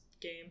game